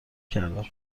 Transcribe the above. کردم